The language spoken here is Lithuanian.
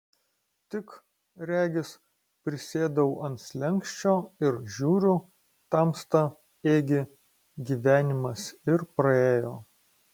tik regis prisėdau ant slenksčio ir žiūriu tamsta ėgi gyvenimas ir praėjo